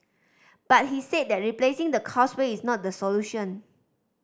but he said that replacing the Causeway is not the solution